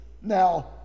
Now